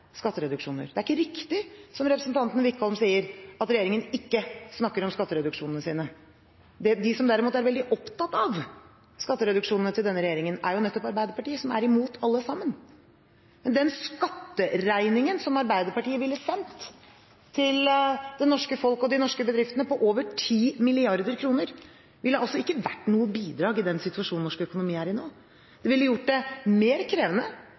skattereduksjoner. Det er ikke riktig som representanten Wickholm sier, at regjeringen ikke snakker om skattereduksjonene sine. De som derimot er veldig opptatt av skattereduksjonene til denne regjeringen, er nettopp Arbeiderpartiet, som er imot alle sammen. Men den skatteregningen som Arbeiderpartiet ville sendt til det norske folk og de norske bedriftene på over 10 mrd. kr, ville ikke vært noe bidrag i den situasjonen norsk økonomi er i nå. Det ville gjort det mer krevende